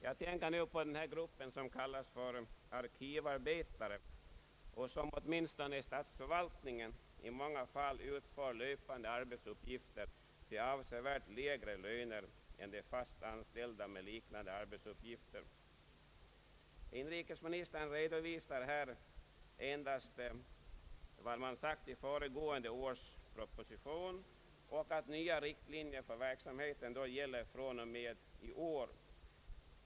Jag tänker nu på den grupp som kallas arkivarbetare och som åtminstone i statsförvaltningen i många fall utför löpande arbetsuppgifter till avsevärt lägre löner än de fast anställda med liknande arbetsuppgifter. Inrikesministern redovisar här endast vad som har sagts i föregående års proposition och att nya riktlinjer för verksamheten gäller från och med i år.